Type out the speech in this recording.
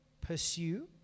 pursue